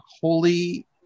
holy